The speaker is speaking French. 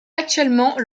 actuellement